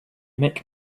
make